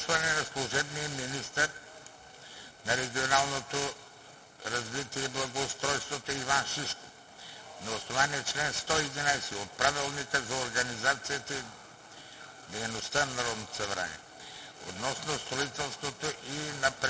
Изслушване на служебния министър на регионалното развитие и благоустройството Иван Шишков на основание чл. 111 от Правилника за организацията и дейността на Народното събрание относно строителството и напредъка